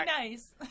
nice